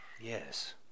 Yes